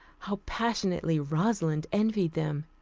how passionately rosalind envied them.